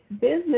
business